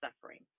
suffering